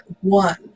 one